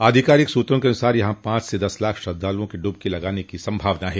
आधिकारिक सूत्रों के अनुसार यहां पांच से दस लाख श्रद्धालुाओं के डुबकी लगाने की संभावना है